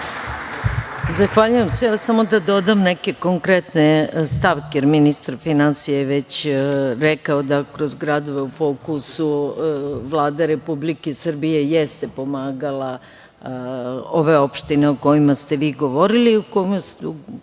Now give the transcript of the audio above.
Zahvaljujem se. Samo da dodam neke konkretne stavke, jer ministar finansija je već rekao da kroz „Gradovi u fokusu“ Vlada Republike Srbije jeste pomagala ove opštine o kojima ste vi govorili. Kroz vaš